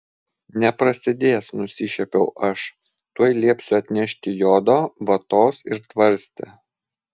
neprasidės nusišiepiau aš tuoj liepsiu atnešti jodo vatos ir tvarstį